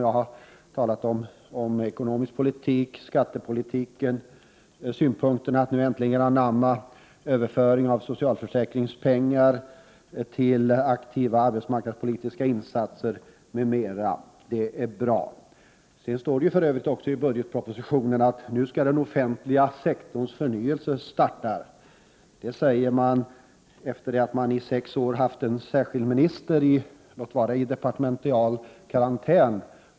Jag har nämnt ekonomisk politik, skattepolitik, detta att äntligen acceptera tanken om överföring av socialförsäkringspengar till aktiva arbetsmarknadspolitiska insatser, m.m. Det är bra. För övrigt står det i budgetpropositionen att den offentliga sektorns förnyelse skall starta. Det säger man efter att i sex år ha haft en särskild minister — låt vara i departemental karantän.